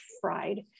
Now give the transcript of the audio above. fried